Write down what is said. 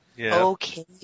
Okay